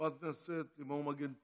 חברת הכנסת לימור מגן תלם,